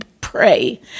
pray